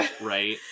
Right